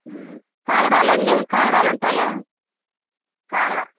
కాగడాలు అన్నవి కాగడాలు ఉంటాయా కాగడా